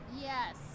Yes